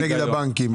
כנגד הבנקים".